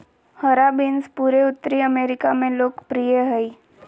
हरा बीन्स पूरे उत्तरी अमेरिका में लोकप्रिय हइ